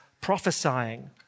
prophesying